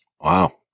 Wow